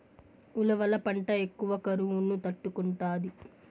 ఉలవల పంట ఎక్కువ కరువును తట్టుకుంటాది